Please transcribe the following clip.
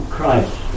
Christ